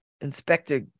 Inspector